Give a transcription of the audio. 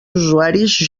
usuaris